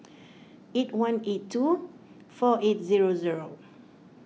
eight one eight two four eight zero zero